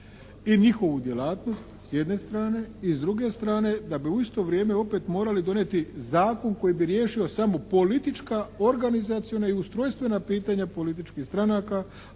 i njihovu djelatnost s jedne strane. I s druge strane, da bi u isto vrijeme opet morali donijeti zakon koji bi riješio samo politička, organizaciona i ustrojstvena pitanja političkih stranaka